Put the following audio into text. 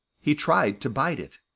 he tried to bite it.